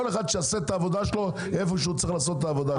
כל אחד שיעשה את העבודה שלו היכן שצריך לעשות את העבודה שלו.